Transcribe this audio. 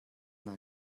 naa